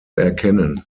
erkennen